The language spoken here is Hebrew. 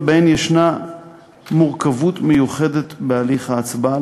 שבהן יש מורכבות מיוחדת בהליך ההצבעה,